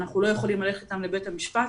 אנחנו לא יכולים ללכת איתן לבית המשפט,